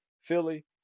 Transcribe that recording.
Philly